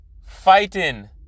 fighting